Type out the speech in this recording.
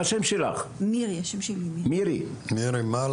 יש כאן חברה שהיא גם כן, אנחנו הגענו